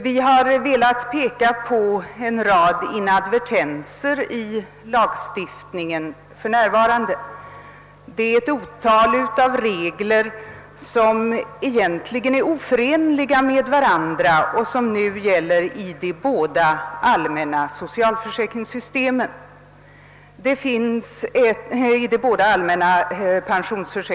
Vi har velat peka på en rad inadvertenser i nuvarande lagstiftning — det är ett otal regler i de båda allmänna pensionsförsäkringssystemen som egentligen är oförenliga med varandra.